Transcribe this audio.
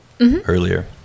earlier